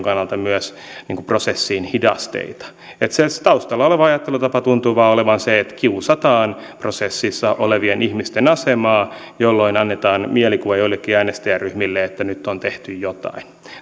kannalta myös prosessiin hidasteita se taustalla oleva ajattelutapa tuntuu vain olevan se että kiusataan prosessissa olevien ihmisten asemaa jolloin annetaan mielikuva joillekin äänestäjäryhmille että nyt on tehty jotain